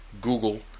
Google